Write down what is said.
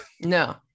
no